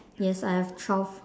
yes I have twelve